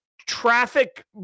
traffic